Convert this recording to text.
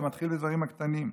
זה מתחיל בדברים הקטנים.